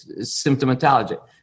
symptomatology